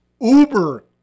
uber-